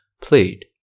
played